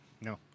No